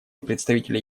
представителя